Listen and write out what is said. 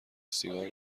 سیگار